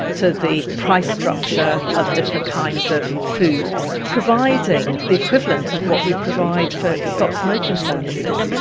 to the price structure of different kinds of foods. providing the equivalent of what we provide for stop-smoking services.